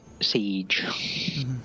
Siege